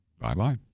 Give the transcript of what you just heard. Bye-bye